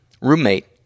roommate